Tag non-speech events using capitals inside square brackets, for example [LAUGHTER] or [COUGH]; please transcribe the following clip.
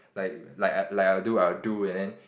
like [NOISE] like I'll do I'll do and then